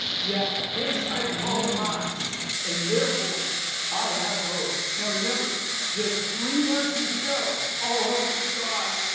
yet this i call to mind and therefore i have hope. now remember just three verses ago all hope was gone,